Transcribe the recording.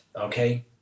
okay